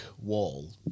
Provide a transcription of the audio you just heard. wall